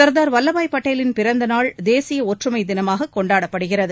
சர்தார் வல்லபாய் பட்டேலின் பிறந்தநாள் தேசிய ஒற்றுமை தினமாக கொண்டாடப்படுகிறது